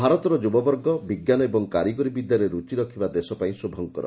ଭାରତର ଯୁବବର୍ଗ ବିଙ୍କାନ ଓ କାରିଗରୀ ବିଦ୍ୟାରେ ରୁଚି ରଖିବା ଦେଶପାଇଁ ଶୁଭଙ୍କର